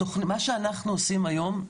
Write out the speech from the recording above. מה שאנחנו עושים היום,